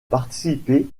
participer